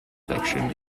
section